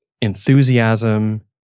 enthusiasm